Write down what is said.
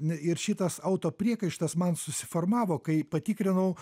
ir šitas auto priekaištas man susiformavo kai patikrinau